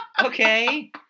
Okay